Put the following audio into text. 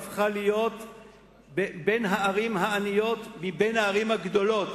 הפכה להיות מהערים העניות מבין הערים הגדולות.